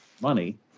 money